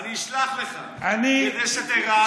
אני אשלח לך כדי שתרענן את הזיכרון.